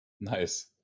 Nice